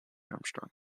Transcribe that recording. armstrong